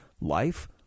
life